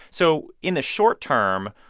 so in the short term,